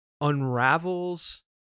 unravels